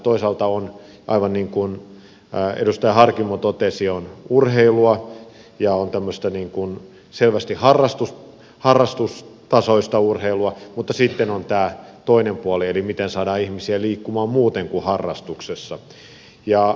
toisaalta on aivan niin kuin edustaja harkimo totesi urheilua ja on tämmöistä selvästi harrastustasoista urheilua mutta sitten on tämä toinen puoli eli se miten saadaan ihmiset liikkumaan muuten kuin harrastuksessa